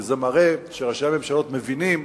כי זה מראה שראשי הממשלות מבינים